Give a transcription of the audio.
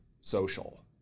social